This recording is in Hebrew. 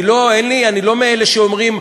אני לא מאלה שאומרים: